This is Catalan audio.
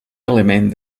element